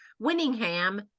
Winningham